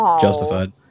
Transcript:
justified